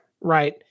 right